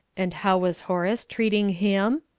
and how was horace treating him?